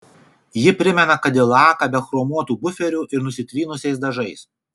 ji primena kadilaką be chromuotų buferių ir nusitrynusiais dažais